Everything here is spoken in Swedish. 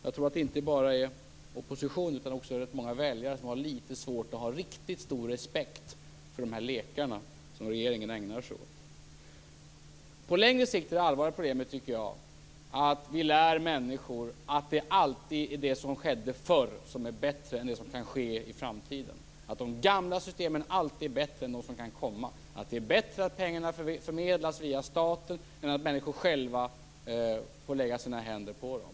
Jag tror att inte bara oppositionen utan också rätt många väljare har aningen svårt att ha riktigt stor respekt för de lekar som regeringen här ägnar sig åt. På längre sikt är det allvarliga problemet, tycker jag, att vi lär människor att det som skedde förr alltid är bättre än det som kan ske i framtiden, dvs. att de gamla systemen alltid är bättre än system som kan komma, att det är bättre att pengar förmedlas via staten än att människor själva så att säga får lägga sina händer på dem.